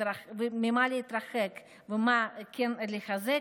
ממה להתרחק ומה לחזק,